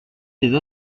des